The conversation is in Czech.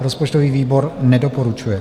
Rozpočtový výbor nedoporučuje.